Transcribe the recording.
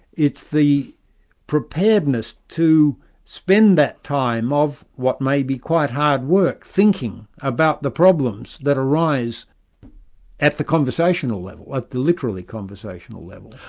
it's the preparedness to spend that time of what may be quite hard work thinking about the problems that arise at the conversational level, at the literally conversational level,